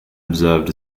observed